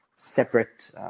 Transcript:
separate